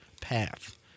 path